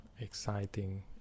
exciting